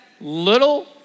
little